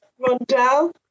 Rondell